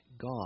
God